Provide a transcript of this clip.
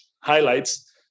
highlights